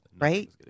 Right